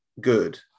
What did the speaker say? good